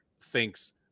thinks